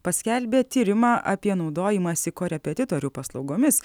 paskelbė tyrimą apie naudojimąsi korepetitorių paslaugomis